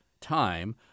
time